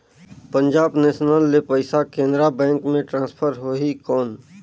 Punjab national ले पइसा Canara bank मे ट्रांसफर होहि कौन?